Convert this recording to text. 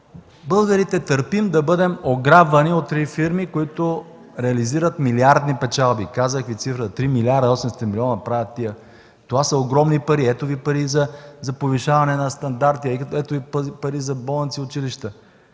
Българите търпим да бъдем ограбвани от три фирми, които реализират милиардни печалби. Казах Ви цифрата – 3 млрд. 800 млн. Това са огромни пари! Ето Ви пари за повишаване на стандарта, ето Ви пари за болници и училища.